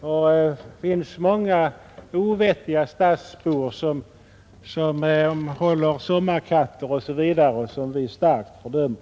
Det finns många stadsbor som håller sommarkatter osv., vilket vi lika starkt fördömer.